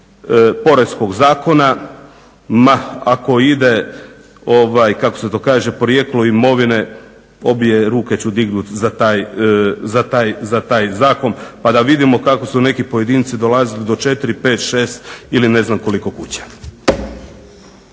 poreznog zakona ma ako ide kako se to kaže porijeklo imovine obje ruke ću dignuti za taj zakon pa da vidimo kako su neki pojedinci dolazili do 4, 5, 6 ili ne znam koliko kuća.